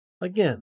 Again